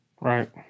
Right